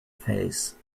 face